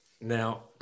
Now